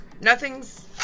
Nothing's